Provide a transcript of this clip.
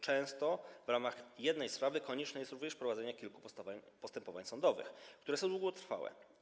Często w ramach jednej sprawy konieczne jest również prowadzenie kilku postępowań sądowych, które są długotrwałe.